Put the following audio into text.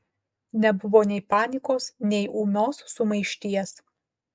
nebuvo nei panikos nei ūmios sumaišties